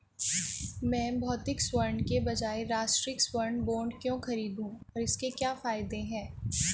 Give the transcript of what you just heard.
मैं भौतिक स्वर्ण के बजाय राष्ट्रिक स्वर्ण बॉन्ड क्यों खरीदूं और इसके क्या फायदे हैं?